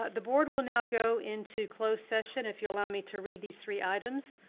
but the board will now go into closed session, if you allow me to read these three items.